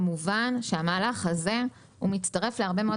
כמובן שהמהלך הזה מצטרף להרבה מאוד